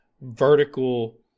vertical